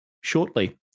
shortly